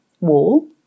wall